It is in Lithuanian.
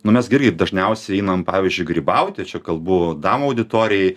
nu mes gi irgi dažniausiai einam pavyzdžiui grybauti čia kalbu damų auditorijai